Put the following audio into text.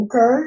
okay